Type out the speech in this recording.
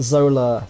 Zola